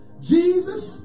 Jesus